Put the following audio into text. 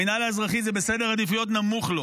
המינהל האזרחי, זה במקום נמוך בסדר עדיפויות שלו.